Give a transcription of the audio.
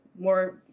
more